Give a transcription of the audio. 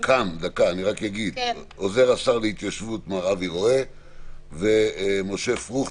כאן עוזר השר להתיישבות מר אבי רואה ומשה פרוכט,